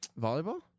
Volleyball